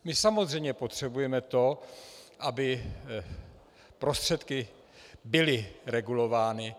My samozřejmě potřebujeme to, aby prostředky byly regulovány.